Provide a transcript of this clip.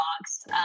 box